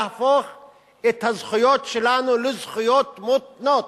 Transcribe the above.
להפוך את הזכויות שלנו לזכויות מותנות.